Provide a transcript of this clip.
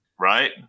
Right